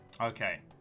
Okay